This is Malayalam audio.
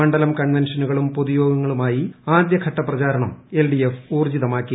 മണ്ഡലം കൺവെൻഷനുകളും പൊതുയോഗങ്ങളുമായി ആദ്യ ഘട്ട പ്രചരണം എൽഡിഎഫ് ഊർജ്ജിതമാക്കി